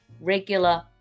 regular